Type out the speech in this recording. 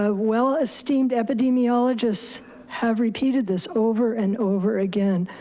ah well esteemed epidemiologists have repeated this over and over again,